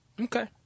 Okay